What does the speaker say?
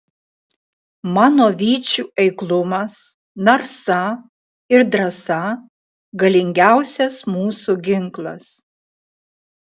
mano vyčių eiklumas narsa ir drąsa galingiausias mūsų ginklas